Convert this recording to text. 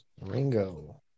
Ringo